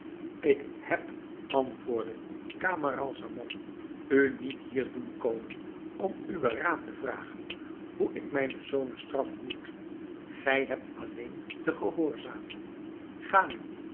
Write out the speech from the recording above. ik heb antwoordde camaralzaman u niet hier doen komen om uwen raad te vragen hoe ik mijne zonen straffen moet gij hebt alleen te gehoorzamen ga nu